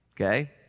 okay